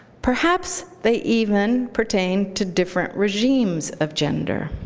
perhaps they even pertain to different regimes of gender.